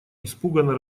испуганно